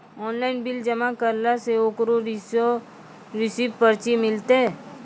Online bill जमा करला से ओकरौ रिसीव पर्ची मिलतै?